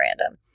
random